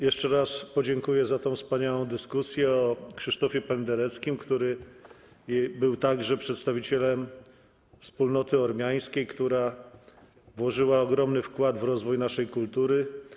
Jeszcze raz podziękuję za tą wspaniałą dyskusję o Krzysztofie Pendereckim, który był także przedstawicielem wspólnoty ormiańskiej, która wniosła ogromy wkład w rozwój naszej kultury.